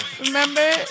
Remember